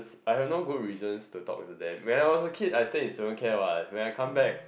I have no good reason to talk to them when I was a kid I stay in student care what when I come back